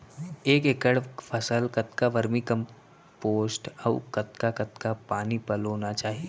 एक एकड़ फसल कतका वर्मीकम्पोस्ट अऊ कतका कतका पानी पलोना चाही?